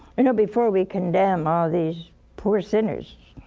you know, before we condemn all these poor sinners